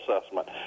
assessment